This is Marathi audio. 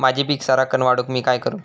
माझी पीक सराक्कन वाढूक मी काय करू?